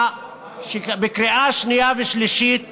בתקווה שבקריאה שנייה ושלישית